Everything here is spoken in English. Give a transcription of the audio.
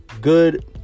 good